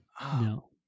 no